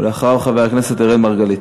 ואחריו, חבר הכנסת אראל מרגלית.